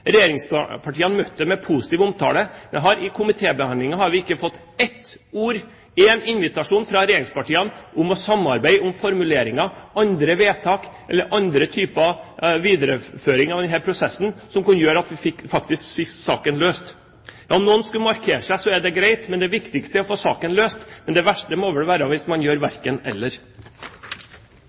Regjeringspartiene møtte dette med positiv omtale, men i komitébehandlingen har vi ikke fått én invitasjon fra regjeringspartiene om å samarbeide om formuleringer, andre vedtak eller en annen type videreføring av denne prosessen som kunne ha gjort at vi faktisk fikk saken løst. Hvis noen vil markere seg, er det greit, men det viktigste er å få saken løst. Det verste må vel være hvis man ikke gjør verken det ene eller